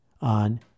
on